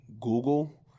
Google